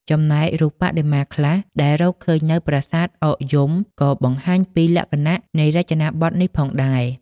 បំណែករូបបដិមាខ្លះដែលរកឃើញនៅ ប្រាសាទអកយំ ក៏បង្ហាញពីលក្ខណៈនៃរចនាបថនេះផងដែរ។